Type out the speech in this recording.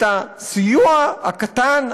את הסיוע הקטן,